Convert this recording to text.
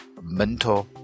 mentor